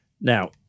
Now